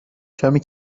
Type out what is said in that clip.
کمی